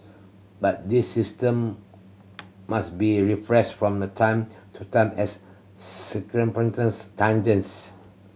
but this system must be refreshed from the time to time as circumstance changes